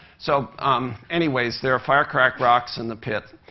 so um anyways, there are fire-cracked rocks in the pit.